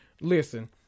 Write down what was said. Listen